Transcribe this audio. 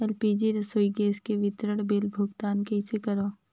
LPG रसोई gas के विवरण बिल भुगतान कइसे करों?